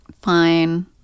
fine